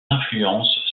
influence